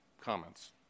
comments